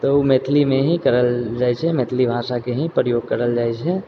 तऽ ओ मैथिलीमे ही करल जाइ छै मैथिली भाषाके ही प्रयोग करल जाइ छै